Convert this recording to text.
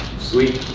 sweet.